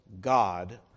God